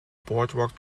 boardwalk